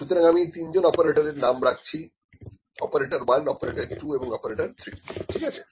সুতরাং আমি তিনজন অপারেটরের নাম রাখছি অপারেটর 1 অপারেটর 2 এবং অপারেটর 3 ঠিক আছে